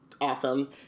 awesome